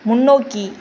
முன்னோக்கி